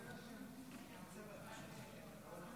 ההצעה להעביר את הצעת חוק העבירות המינהליות (תיקון,